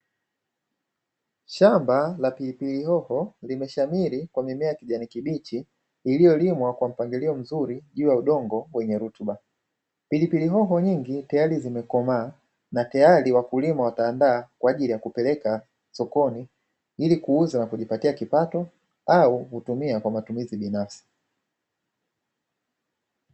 Shamba la pilipilihoho limeshamiri kwa mimea ya kijani kibichi, iliyolimwa kwa mpangilio mzuri juu ya udongo wenye rutuba, pilipili hoho nyingi tayari zimekomaa na tayari wakulima wataandaa kwa ajili ya kupeleka sokoni, ili kuuza na kujipatia kipato au kutumia kwa matumizi binafsi.